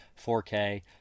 4K